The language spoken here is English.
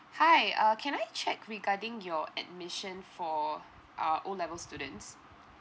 hi uh can I check regarding your admission for uh O level students